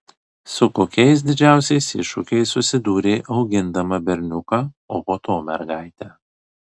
su kokiais didžiausiais iššūkiais susidūrei augindama berniuką o po to mergaitę